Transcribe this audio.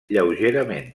lleugerament